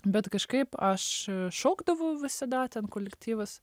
bet kažkaip aš šokdavau visada ten kolektyvas